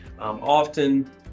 often